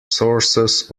sources